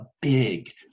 big